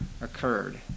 occurred